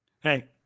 Hey